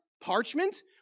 parchment